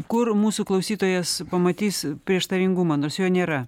kur mūsų klausytojas pamatys prieštaringumą nors jo nėra